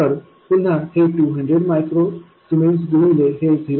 तर पुन्हा हे 200 मायक्रो सीमेंस गुणिले हे 0